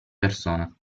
persona